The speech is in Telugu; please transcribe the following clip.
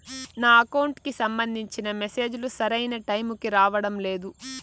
నా అకౌంట్ కి సంబంధించిన మెసేజ్ లు సరైన టైముకి రావడం లేదు